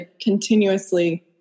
continuously